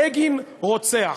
בגין רוצח.